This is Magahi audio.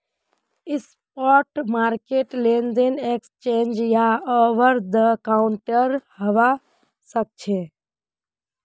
स्पॉट मार्केट लेनदेन एक्सचेंज या ओवरदकाउंटर हवा सक्छे